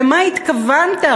למה התכוונת?